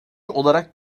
olarak